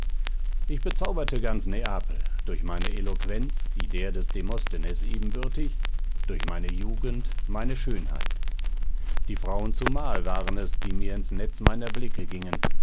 ich bezauberte ganz neapel durch meine eloquenz die der des demosthenes ebenbürtig durch meine jugend meine schönheit die frauen zumal waren es die mir ins netz meiner blicke gingen